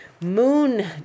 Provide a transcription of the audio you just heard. moon